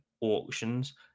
auctions